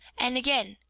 and again,